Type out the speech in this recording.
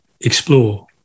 explore